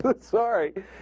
Sorry